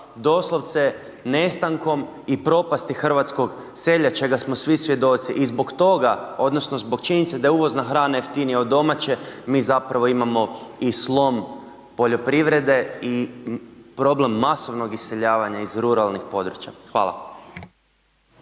doslovce nestankom i propasti hrvatskog sela čega smo svi svjedoci. I zbog toga odnosno zbog činjenice da je uvozna hrana jeftinija od domaće mi zapravo imamo i slom poljoprivrede i problem masovnog iseljavanja iz ruralnih područja. Hvala.